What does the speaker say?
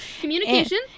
Communication